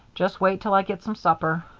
just wait till i get some supper.